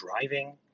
driving